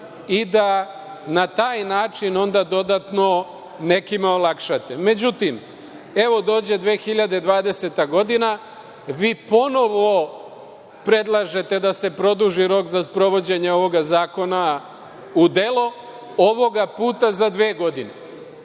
i da na taj način onda dodatno nekima olakšate.Međutim, evo dođe i 2020. godina, vi ponovo predlažete da se produži rok za sprovođenje ovoga zakona u delo, ovoga puta za dve godine.